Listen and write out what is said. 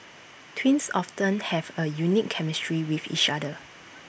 twins often have A unique chemistry with each other